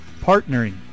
partnering